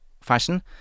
fashion